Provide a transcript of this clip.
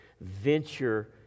venture